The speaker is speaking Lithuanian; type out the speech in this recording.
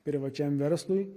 privačiam verslui